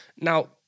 now